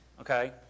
Okay